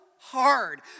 hard